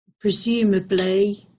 presumably